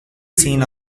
seen